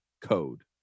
code